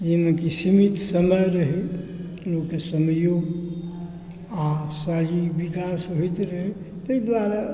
जाहिमे कि सीमित समय रहै लोकके समैओ आओर शारीरिक विकास होइत रहै ताहि दुआरे